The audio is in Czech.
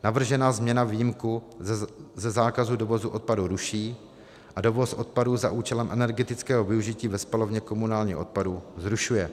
Navržená změna výjimku ze zákazu dovozu odpadu ruší a dovoz odpadu za účelem energetického využití ve spalovně komunálního odpadu zrušuje.